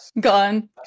gone